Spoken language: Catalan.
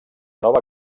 nova